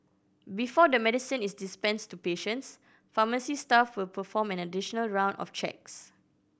before the medicine is dispensed to patients pharmacy staff will perform an additional round of checks